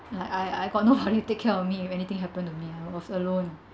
like I I got nobody to take care of me if anything happens to me I was alone